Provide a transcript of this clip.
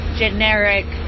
generic